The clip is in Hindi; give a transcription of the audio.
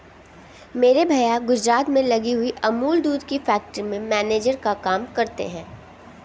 मेरे भैया गुजरात में लगी हुई अमूल दूध फैक्ट्री में मैनेजर का काम करते हैं